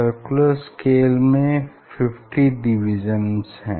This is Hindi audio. सर्कुलर स्केल में 50 डिवीजन हैं